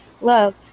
Love